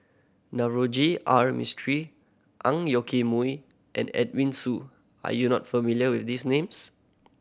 Navroji R Mistri Ang Yoke Mooi and Edwin Siew are you not familiar with these names